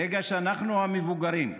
ברגע שאנחנו, המבוגרים,